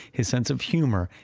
his sense of humor,